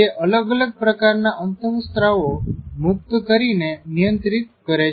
તે અલગ અલગ પ્રકારના અંતઃસ્ત્રવો મુકત કરી ને નિયંત્રીત કરે છે